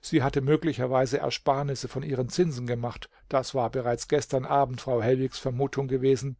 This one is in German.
sie hatte möglicherweise ersparnisse von ihren zinsen gemacht das war bereits gestern abend frau hellwigs vermutung gewesen